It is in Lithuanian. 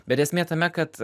bet esmė tame kad